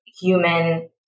human